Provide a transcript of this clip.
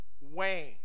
Wayne